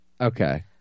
Okay